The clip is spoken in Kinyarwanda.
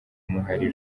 umuhari